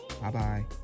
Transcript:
Bye-bye